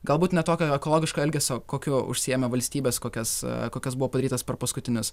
galbūt ne tokio ekologiško elgesio kokiu užsiima valstybės kokias kokios buvo padarytas per paskutinius